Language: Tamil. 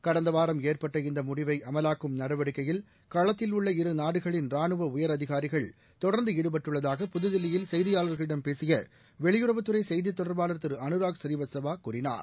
கடந்த வாரம் ஏற்பட்ட இந்த முடிவை அமலாக்கும் நடவடிக்கையில் களத்தில் உள்ள இருநாடுகளின் ரானுவ உயரதிகாரிகள் தொடர்ந்து ஈடுபட்டள்ளதாக புதுதில்லியில் செய்தியாளர்களிடம் பேசிய வெளியுறவுத்துறை செய்தி தொடர்பாளர் திருஅனுராக் ஸ்ரீவத்ஸவா கூறினார்